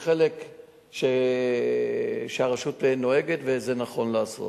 זה חלק שהרשות נוהגת לעשות